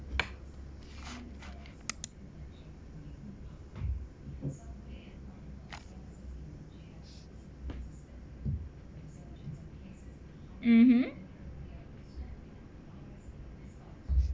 mmhmm